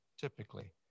typically